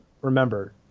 remember